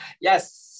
yes